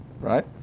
right